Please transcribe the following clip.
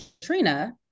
Katrina